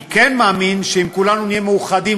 אני כן מאמין שאם כולנו נהיה מאוחדים,